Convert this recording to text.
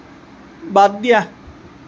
বাদ দিয়া